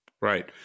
Right